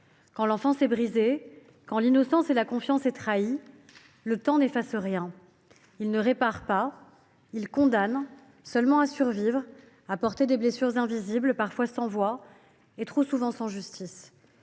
Quand l’enfance est brisée, quand l’innocence et la confiance sont trahies, le temps n’efface rien. Il ne répare pas. Il condamne seulement à survivre, à porter des blessures invisibles, parfois sans voix, et trop souvent sans justice.